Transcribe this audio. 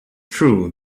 true